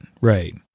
Right